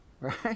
Right